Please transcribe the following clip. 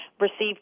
received